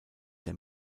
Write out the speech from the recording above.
der